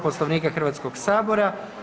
Poslovnika Hrvatskog sabora.